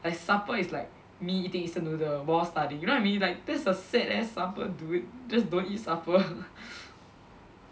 like supper is like me eating instant noodles before studying you know what I mean like that's a sad ass supper dude just don't eat supper